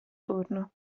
turno